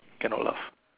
cannot laugh